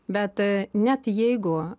bet net jeigu